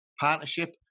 partnership